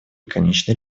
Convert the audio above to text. конечный